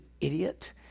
idiot